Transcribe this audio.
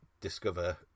discover